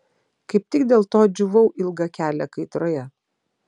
kaip tik dėl to džiūvau ilgą kelią kaitroje